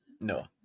No